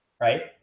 right